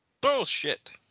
bullshit